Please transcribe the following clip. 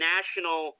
National